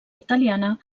italiana